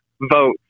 vote